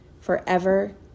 forever